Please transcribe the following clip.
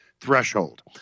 threshold